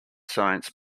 science